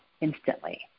instantly